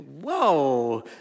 whoa